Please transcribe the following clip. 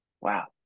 Wow